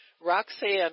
Roxanne